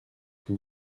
que